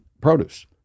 produce